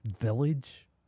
village